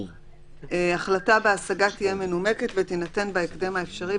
"החלטה בהשגה תהיה מנומקת ותינתן בהקדם האפשרי,